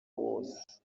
wose